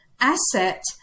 asset